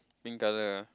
pink color ah